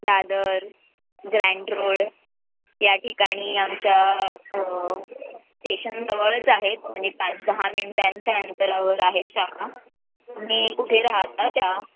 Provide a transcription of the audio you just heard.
Dadar Grant Road या ठिकाणी आमच्या स्टेशनजवळच आहेत म्हणजे पाच दहा मिनटांच्या अंतरावर आहेत शाखा तुम्ही कुठे राहता त्या